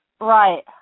Right